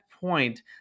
point